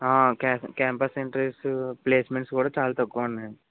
క్యాస్ campus interviews placements కూడా చాలా తక్కువున్నాయి